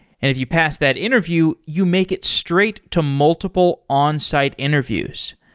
if you pass that interview, you make it straight to multiple onsite interviews.